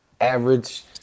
Average